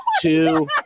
Two